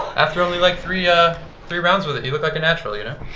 after only, like, three ah three rounds with it, you look like a natural, you know?